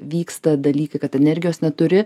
vyksta dalykai kad energijos neturi